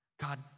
God